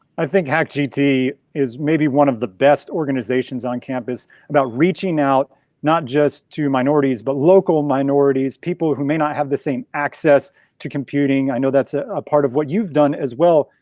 i think hackgt is maybe one of the best organizations on campus about reaching out not just to minorities, but local minorities, people who may not have the same access to computing. i know that's a ah part of what you've done as well,